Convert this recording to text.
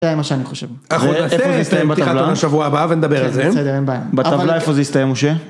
זה היה מה שאני חושב, איפה זה יסתיים בטבלה, בטבלה איפה זה יסתיים משה